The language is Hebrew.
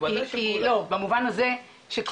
במובן הזה,